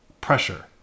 pressure